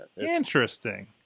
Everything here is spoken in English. Interesting